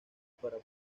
para